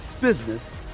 business